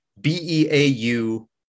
B-E-A-U